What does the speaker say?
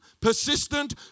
persistent